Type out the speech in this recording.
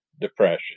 depression